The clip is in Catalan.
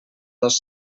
dos